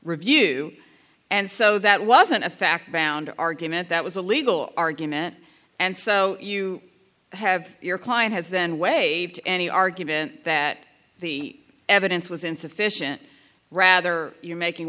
review and so that wasn't a fact ground argument that was a legal argument and so you have your client has then waived any argument that the evidence was insufficient rather you're making